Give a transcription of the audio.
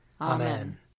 Amen